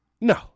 No